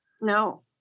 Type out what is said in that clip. No